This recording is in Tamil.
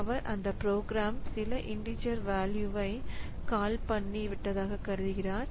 அவர் அந்த புரோகிராம் சில இண்டீஜர் வேல்யூவை கால்டு பண்ணி விட்டதாககருதுகிறார்